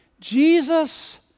Jesus